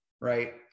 Right